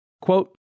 quote